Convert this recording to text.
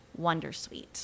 wondersuite